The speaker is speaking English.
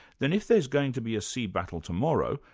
then if there's going to be a sea battle tomorrow,